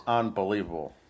unbelievable